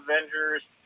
Avengers